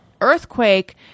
earthquake